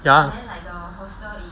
ya